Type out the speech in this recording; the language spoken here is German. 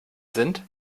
sind